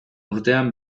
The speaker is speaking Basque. urtean